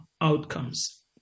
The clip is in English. outcomes